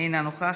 אינה נוכחת.